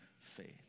faith